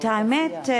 את האמת,